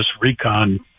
recon